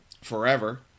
forever